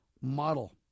model